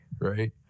right